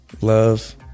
Love